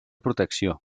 protecció